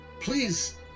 Please